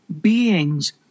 beings